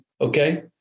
okay